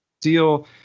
deal